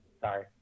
sorry